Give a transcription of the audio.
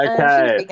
Okay